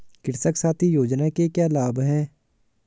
कृषक साथी योजना के क्या लाभ हैं?